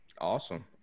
Awesome